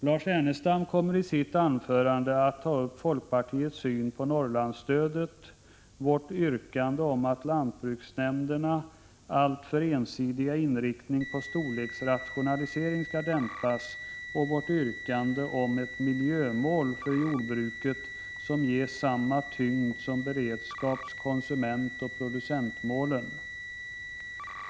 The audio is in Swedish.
Lars Ernestam kommer i sitt anförande att ta upp folkpartiets syn på Norrlandsstödet, vårt yrkande om att lantbruksnämndernas alltför ensidiga inriktning på storleksrationalisering skall dämpas och vårt yrkande om ett miljömål för jordbruket som ges samma tyngd som beredskaps-, konsumentoch producentmålen.